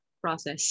process